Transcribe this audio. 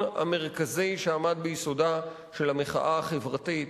המרכזי שעמד ביסודה של המחאה החברתית,